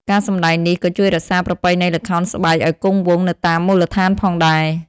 ការសម្តែងនេះក៏ជួយរក្សាប្រពៃណីល្ខោនស្បែកឱ្យគង់វង្សនៅតាមមូលដ្ឋានផងដែរ។